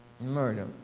murder